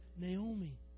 Naomi